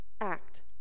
act